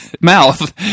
mouth